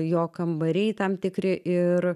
jo kambariai tam tikri ir